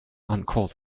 uncalled